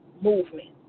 movement